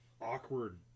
awkward